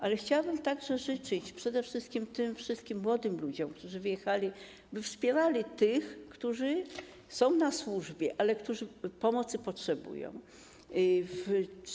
Ale chciałabym także życzyć przede wszystkim tym wszystkim młodym ludziom, którzy wyjechali, aby wspierali tych, którzy są na służbie, ale potrzebują pomocy.